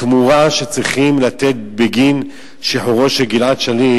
התמורה שצריך לתת בגין שחרורו של גלעד שליט